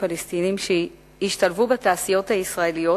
פלסטינים שהשתלבו בתעשיות הישראליות,